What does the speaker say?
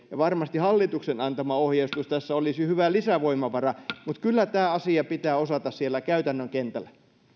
ja varmasti hallituksen antama ohjeistus tässä olisi hyvä lisävoimavara mutta kyllä tämä asia pitää osata siellä käytännön kentällä